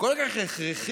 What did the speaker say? כל כך הכרחי,